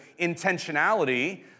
intentionality